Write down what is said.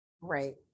Right